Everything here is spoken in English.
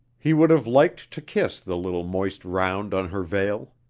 he would have liked to kiss the little moist round on her veil.